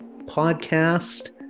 podcast